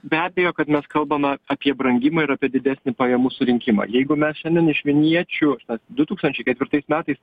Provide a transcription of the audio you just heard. be abejo kad mes kalbame apie brangimą ir apie didesnį pajamų surinkimą jeigu mes šiandien iš vilniečių du tūkstančiai ketvirtais metais